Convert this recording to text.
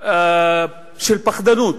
של פחדנות,